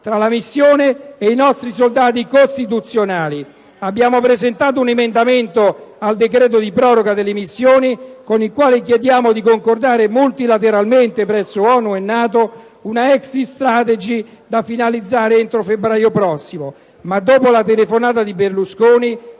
fra la missione e i nostri valori costituzionali. *(Commenti dal Gruppo PdL).* Abbiamo presentato un emendamento al decreto di proroga delle missioni con il quale chiediamo di concordare multilateralmente presso ONU e NATO una *exit strategy* da finalizzare entro febbraio prossimo. Ma dopo la telefonata di Berlusconi,